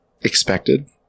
expected